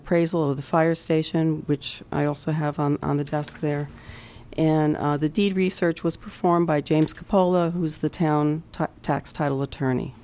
appraisal of the fire station which i also have on the desk there and the deed research was performed by james cupola who is the town tax title attorney